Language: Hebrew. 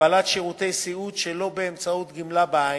לקבלת שירותי סיעוד שלא באמצעות גמלה בעין,